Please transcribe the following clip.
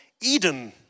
Eden